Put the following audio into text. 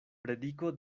prediko